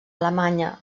alemanya